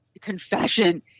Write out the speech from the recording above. confession